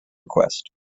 request